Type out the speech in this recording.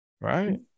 Right